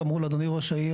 עם כזה קריצה לחרדים,